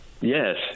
Yes